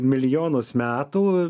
milijonus metų